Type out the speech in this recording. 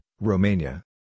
Romania